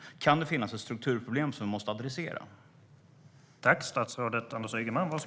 Finns det ett strukturproblem som måste adresseras?